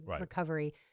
recovery